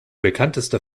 bekannteste